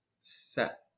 set